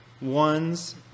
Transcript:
ones